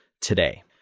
today